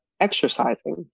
exercising